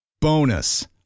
Bonus